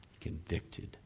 convicted